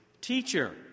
Teacher